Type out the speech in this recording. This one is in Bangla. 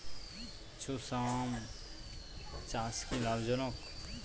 চোষা আম চাষ কি লাভজনক?